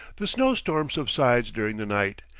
the snow-storm subsides during the night,